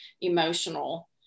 emotional